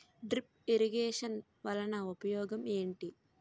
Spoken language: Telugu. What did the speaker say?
డ్రిప్ ఇరిగేషన్ వలన ఉపయోగం ఏంటి